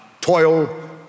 toil